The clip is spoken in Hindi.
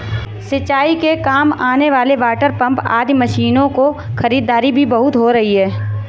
सिंचाई के काम आने वाले वाटरपम्प आदि मशीनों की खरीदारी भी बहुत हो रही है